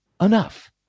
Enough